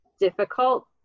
difficult